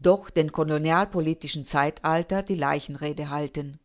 doch dem kolonialpolitischen zeitalter die leichenrede halten